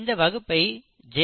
இந்த வகுப்பை ஜே